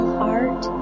heart